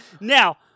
Now